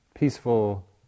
peaceful